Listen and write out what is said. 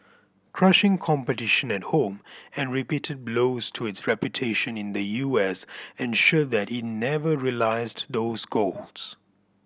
crushing competition at home and repeated blows to its reputation in the U S ensured that it never realised those goals